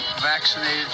vaccinated